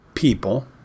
people